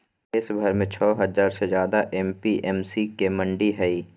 देशभर में छो हजार से ज्यादे ए.पी.एम.सी के मंडि हई